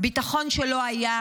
ביטחון שלא היה.